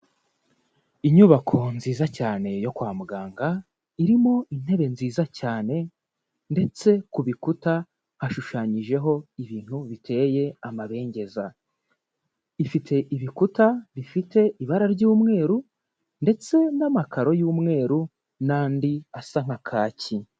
Inyubako nziza cyane yo kwa muganga, irimo intebe nziza cyane ndetse ku bikuta hashushanyijeho ibintu biteye amabengeza. Ifite ibikuta bifite ibara ry'umweru ndetse n'amakaro y'umweru n'andi asa nka kaki.